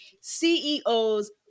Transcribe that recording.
CEOs